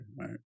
right